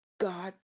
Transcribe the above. God